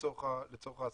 לצורך ההסבה,